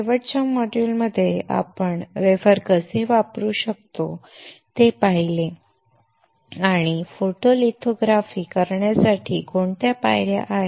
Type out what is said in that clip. शेवटच्या मॉड्यूलमध्ये आपण वेफर कसे वापरू शकतो ते पाहिले आणि फोटोलिथोग्राफी करण्यासाठी कोणत्या पायऱ्या आहेत